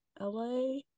la